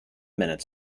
minutes